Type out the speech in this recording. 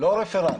לא רפרנט.